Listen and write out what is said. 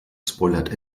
spoilert